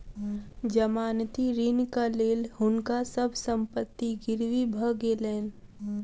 जमानती ऋणक लेल हुनका सभ संपत्ति गिरवी भ गेलैन